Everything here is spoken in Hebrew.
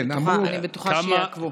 אני בטוחה שיעקבו.